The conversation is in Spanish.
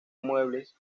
muebles